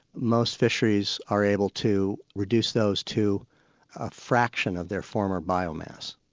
most fisheries are able to reduce those to a fraction of their former biomass.